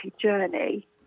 journey